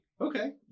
okay